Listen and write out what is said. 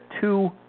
two